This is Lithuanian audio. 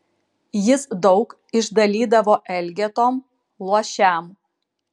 jis daug išdalydavo elgetom luošiam